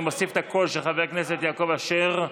אני מוסיף את הקול של חבר הכנסת יעקב אשר,